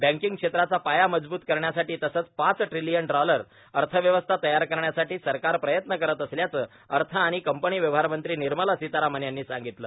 banking बेत्राचा पाया मजवूत करण्यासाठी तसंच पाच ट्रिलियन डोलर अर्थव्यवस्था तयार करण्यासाठी सरकार प्रयल करत असल्याचं अर्थ आणि कंपनी व्यवहार मंत्री निर्मला सितारामन यांनी सांगितलं